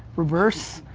reverse.